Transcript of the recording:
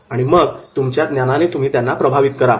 ' आणि मग तुमच्या ज्ञानाने तुम्ही त्यांना प्रभावित करा